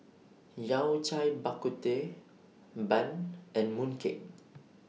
Yao Cai Bak Kut Teh Bun and Mooncake